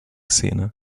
szene